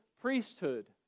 priesthood